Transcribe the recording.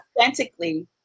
authentically